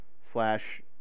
slash